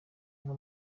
nko